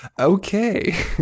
Okay